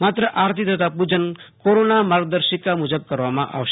માત્ર આરતી તથા પુજન કોરોના માર્ગદર્શિકા મુજબ કરવામાં આવશે